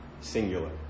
singular